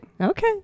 okay